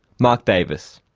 mark davis.